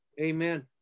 amen